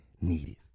needed